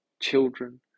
children